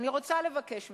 אני רוצה לבקש ממך,